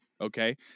okay